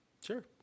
Sure